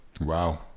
Wow